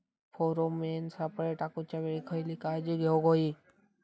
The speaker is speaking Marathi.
फेरोमेन सापळे टाकूच्या वेळी खयली काळजी घेवूक व्हयी?